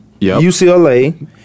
UCLA